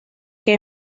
que